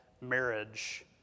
marriage